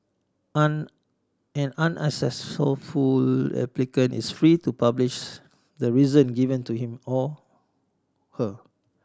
an an unsuccessful applicant is free to publishes the reason given to him or her